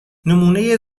نمونه